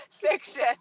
Fiction